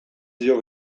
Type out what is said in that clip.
dio